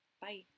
Bye